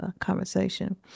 conversation